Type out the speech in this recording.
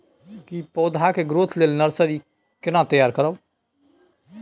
की पौधा के ग्रोथ लेल नर्सरी केना तैयार करब?